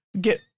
Get